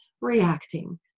reacting